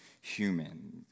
human